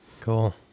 Cool